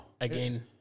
again